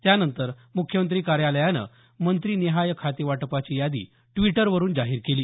त्यानंतर मुख्यमंत्री कार्यालयानं मंत्रिनिहाय खातेवाटपाची यादी द्वीटरवरून जाहीर केली